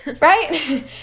Right